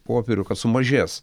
popierių kad sumažės